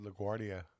LaGuardia